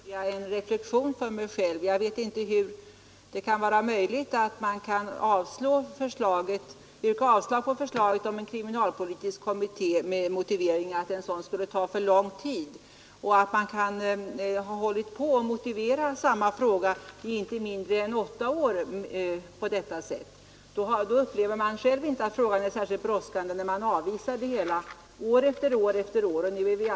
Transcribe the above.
Herr talman! När jag hörde fröken Mattson gjorde jag en reflexion för mig själv. Jag vet inte hur det är möjligt att man kan yrka avslag på förslaget om en kriminalpolitisk kommitté med motiveringen att det skulle ta för lång tid innan en sådan gav resultat och att man kan ha hållit på att ge samma motivering i inte mindre än sju år. När man år efter år avvisar ett sådant förslag upplever man inte själv att frågan är särskilt brådskande.